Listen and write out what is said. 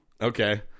Okay